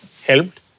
helped